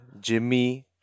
Jimmy